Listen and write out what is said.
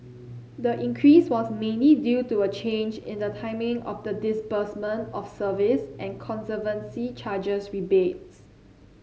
the increase was mainly due to a change in the timing of the disbursement of service and conservancy charges rebates